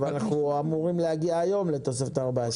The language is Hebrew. ברור שתהיה תכנית להגנת סייבר או תכנית הפעלה מפורטת,